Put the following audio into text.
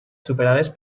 superades